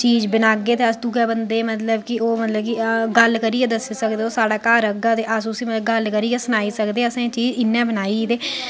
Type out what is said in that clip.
चीज शैल बनागे ते अस दुए बंदे गी गल्ल करियै दस्सी सकदे ओ कि साढ़े घर औगा ते अस उस्सी मतलब गल्ल करियै सनाई सकदे अस चीज इ'न्नै बनाई ते